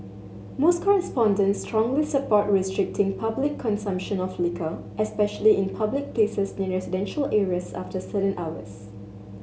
most respondents strongly support restricting public consumption of liquor especially in public places near residential areas after certain hours